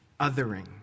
Othering